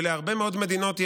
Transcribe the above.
הרבה מאוד מדינות,